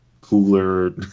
Cooler